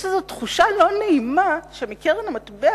יש איזו תחושה לא נעימה שמקרן המטבע